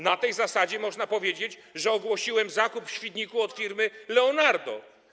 Na tej zasadzie można powiedzieć, że ogłosiłem zakup w Świdniku od firmy Leonardo.